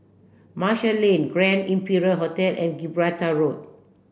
Marshall Lane Grand Imperial Hotel and Gibraltar Road